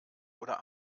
oder